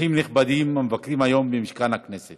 אורחים נכבדים המבקרים היום במשכן הכנסת